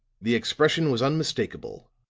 the expression was unmistakable,